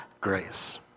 Grace